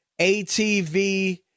ATV